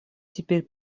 теперь